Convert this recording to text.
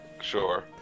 Sure